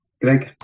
Greg